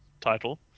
title